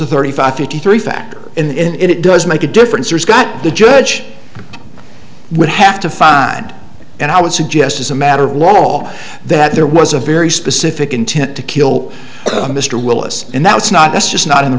a thirty five fifty three factor in it does make a difference there's got the judge would have to find and i would suggest as a matter of law that there was a very specific intent to kill mr willis and that's not that's just not in the